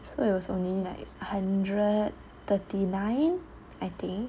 so it was only like hundred thirty nine I think